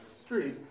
street